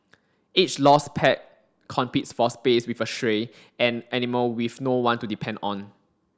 each lost pet competes for space with a stray an animal with no one to depend on